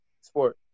sport